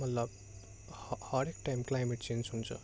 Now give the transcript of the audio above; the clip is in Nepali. मतलब ह हरेक टाइम क्लाइमेट चेन्ज हुन्छ